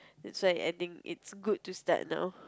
it's like I think it's good to start now